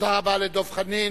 תודה רבה לדב חנין.